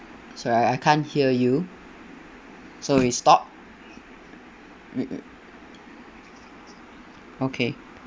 sorry I I can't hear you so we stop okay